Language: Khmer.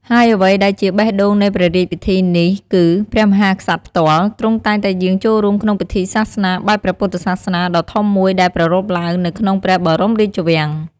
ហើយអ្វីដែលជាបេះដូងនៃព្រះរាជពិធីនេះគឺ ព្រះមហាក្សត្រផ្ទាល់ ទ្រង់តែងតែយាងចូលរួមក្នុងពិធីសាសនាបែបព្រះពុទ្ធសាសនាដ៏ធំមួយដែលប្រារព្ធឡើងនៅក្នុងព្រះបរមរាជវាំង។